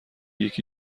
یکی